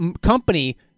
company